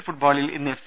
L ഫുട്ബോളിൽ ഇന്ന് F